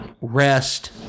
rest